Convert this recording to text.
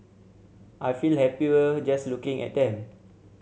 I feel happier just looking at them